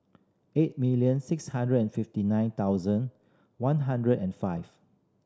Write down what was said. eight million six hundred and fifty nine thousand one hundred and five